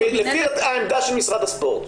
לפי העמדה של משרד הספורט.